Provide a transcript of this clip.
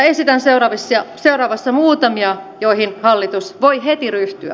esitän seuraavassa muutamia joihin hallitus voi heti ryhtyä